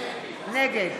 נגד